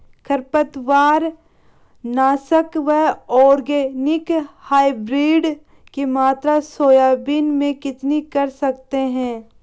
खरपतवार नाशक organic hybrid की मात्रा सोयाबीन में कितनी कर सकते हैं?